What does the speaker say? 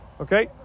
Okay